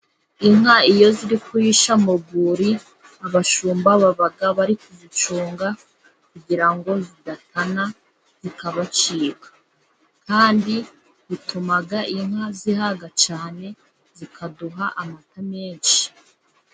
Inka iyo ziri kurisha mu rwuri, abashumba baba bari kuzicunga, kugira ngo zidatana zikabacika. Kandi bituma inka zihaga cyane, zikaduha amata menshi.